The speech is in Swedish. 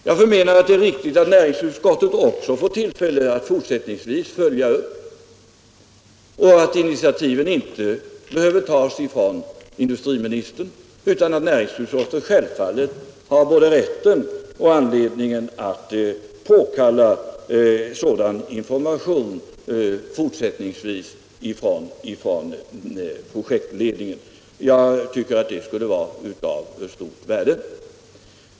Jag förmenar att det är riktigt att näringsutskottet också kan fortsättningsvis följa frågan och att initiativet inte behöver tas från industriministern utan att utskottet självfallet skall ha både rätt och anledning att påkalla sådan information från projektledningen. Det skulle vara av stort värde.